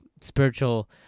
spiritual